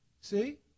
See